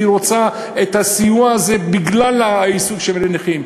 היא רוצה את הסיוע הזה בגלל העיסוק לנכים.